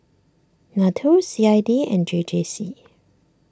Nato C I D and J J C